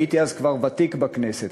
הייתי אז כבר ותיק בכנסת,